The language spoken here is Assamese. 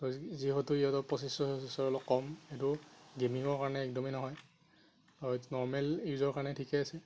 যিহেতু ইহঁতৰ প্ৰচেচৰ চচেচৰ অলপ কম এইটো গেমিঙৰ কাৰণে একদমেই নহয় আৰু নৰ্মেল ইউজৰ কাৰণে ঠিকেই আছে